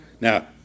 Now